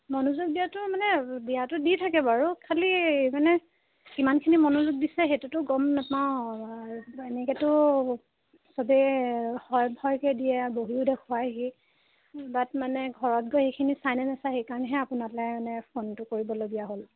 মনোযোগ দিয়াটো মানে দিয়াটো দি থাকে বাৰু খালি মানে কিমানখিনি মনোযোগ দিছে সেইটোতো গম নাপাওঁ এনেকৈতো সবেই হয়ভৰকে দিয়ে বহীও দেখুৱায়হি বাট মানে ঘৰত গৈ সেইখিনি চাই নে নাচায় সেইকাৰণেহে আপোনালৈ মানে ফোনটো কৰিবলগীয়া হ'ল